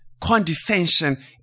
condescension